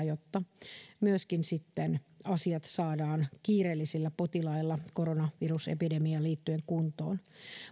jotta myöskin sitten asiat saadaan kiireellisillä potilailla koronavirusepidemiaan liittyen kuntoon